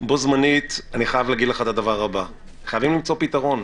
בו זמנית אני חייב להגיד לך את הדבר הבא: חייבים למצוא פתרון,